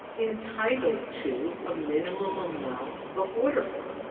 entitled to a minimum amount of water flow?